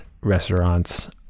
restaurants